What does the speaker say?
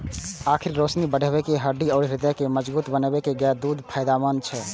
आंखिक रोशनी बढ़बै, हड्डी आ हृदय के मजगूत बनबै मे गायक दूध फायदेमंद छै